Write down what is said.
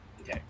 okay